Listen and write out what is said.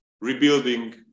rebuilding